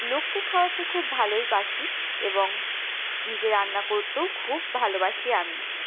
লোককে খাওয়াতে খুব ভালোবাসি এবং নিজে রান্না করতেও খুব ভালোবাসি আমি